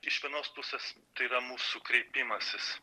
iš vienos pusės tai yra mūsų kreipimasis